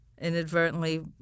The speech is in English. Inadvertently